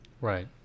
Right